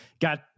got